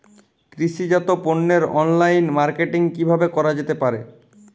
কৃষিজাত পণ্যের online marketing কিভাবে করা যেতে পারে?